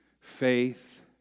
faith